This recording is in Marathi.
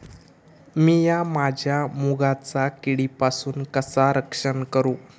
मीया माझ्या मुगाचा किडीपासून कसा रक्षण करू?